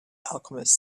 alchemist